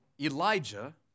Elijah